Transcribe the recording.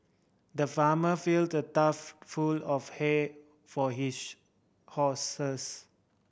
the farmer filled a trough full of hay for his horses